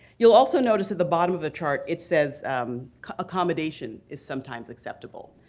you'll also notice at the bottom of the chart it says accommodation is sometimes acceptable.